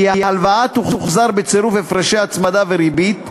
כי ההלוואה תוחזר בצירוף הפרשי הצמדה וריבית,